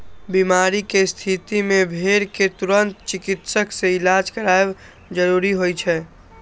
बीमारी के स्थिति मे भेड़ कें तुरंत चिकित्सक सं इलाज करायब जरूरी होइ छै